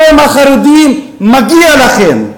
אתם, החרדים, מגיע לכם,